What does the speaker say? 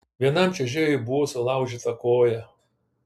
vienam čiuožėjui buvo sulaužyta koja